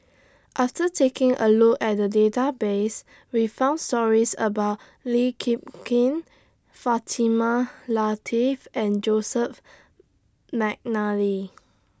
after taking A Look At The Database We found stories about Lee Kip Kim Fatimah Lateef and Joseph Mcnally